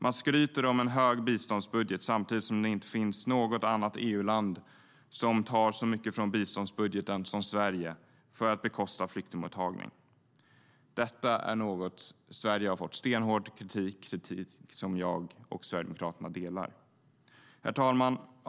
Man skryter om en hög biståndsbudget samtidigt som det inte finns något annat EU-land som tar så mycket från biståndsbudgeten för att bekosta flyktingmottagning som Sverige gör. Detta är något som Sverige har fått stenhård kritik för. Och den kritiken delar jag och Sverigedemokraterna.Herr talman!